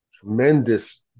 tremendous